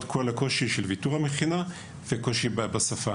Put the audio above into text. כל הוויתור על המכינה והקושי השפתי.